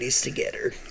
together